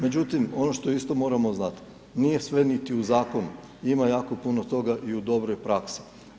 Međutim, ono što isto moramo znat, nije sve niti u Zakonu, ima jako puno toga i u dobroj praksi.